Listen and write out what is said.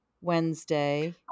wednesday